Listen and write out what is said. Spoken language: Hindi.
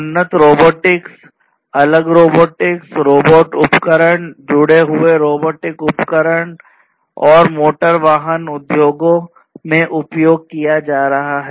उन्नत रोबोटिक्स अलग रोबोटिक्स रोबोट उपकरण जुड़े हुए रोबोटिक उपकरण का मोटर वाहन उद्योगों में उपयोग किया जा रहा है